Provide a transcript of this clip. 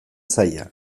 zaila